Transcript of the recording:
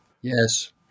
Yes